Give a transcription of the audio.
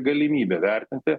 galimybė vertinti